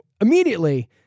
immediately